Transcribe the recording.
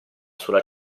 sulla